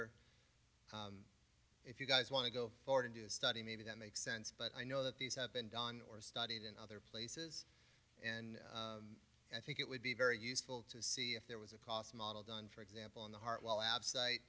digester if you guys want to go forward and do a study maybe that makes sense but i know that these have been done or studied in other places and i think it would be very useful to see if there was a cost model done for example in the heart while out